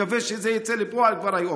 מקווה שזה יצא לפועל כבר היום.